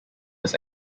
his